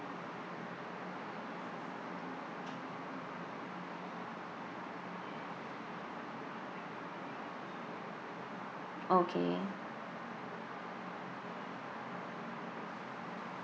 okay